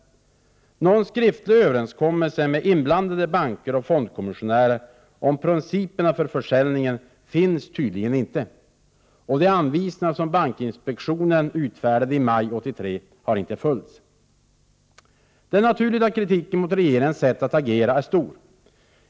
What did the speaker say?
Någon skriftlig överenskommelse med inblandade banker och fondkommissionärer om principerna för försäljningen finns tydligen inte. De anvisningar som bankinspektionen utfärdat i maj 1983 har inte följts. Det är naturligt att kritiken mot regeringens sätt att agera är stor.